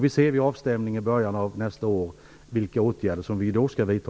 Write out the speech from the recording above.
Vid avstämningen i början av nästa år får vi se vilka åtgärder vi då skall vidta.